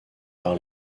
par